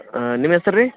ಹಾಂ ನಿಮ್ಮ ಹೆಸರು ರೀ